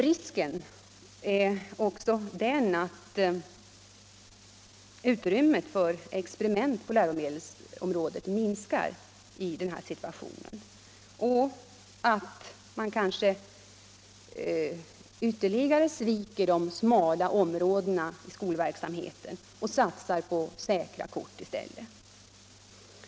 Risken är också att utrymmet för experiment på läromedelsområdet minskar i denna situation och att man kanske ytterligare sviker de smala områdena i skolverksamheten och satsar på säkra kort i stället.